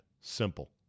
simple